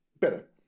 Better